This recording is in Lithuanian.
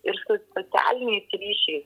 ir su socialiniais ryšiais